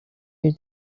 your